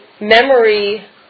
memory